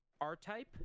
R-Type